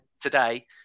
today –